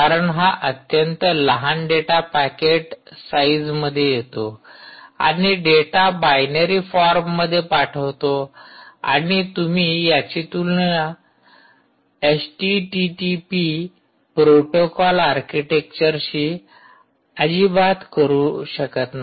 कारण हा अत्यंत लहान डेटा पॅकेट साईज मध्ये येतो आणि डेटा बायनरी फॉर्ममध्ये पाठवतो आणि तुम्ही याची तुलना एचटीटीपी प्रोटोकॉल आर्किटेक्चरशी अजिबात करू शकत नाही